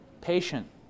patient